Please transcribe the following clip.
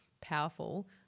powerful